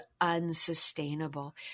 unsustainable